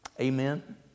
Amen